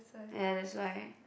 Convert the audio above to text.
ya that's why